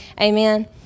Amen